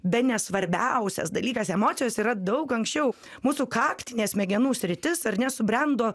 bene svarbiausias dalykas emocijos yra daug anksčiau mūsų kaktinė smegenų sritis ar ne subrendo